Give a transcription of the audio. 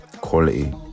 quality